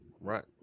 Right